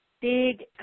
big